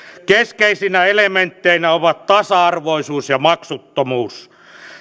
keskeisinä elementteinä ovat tasa arvoisuus ja maksuttomuus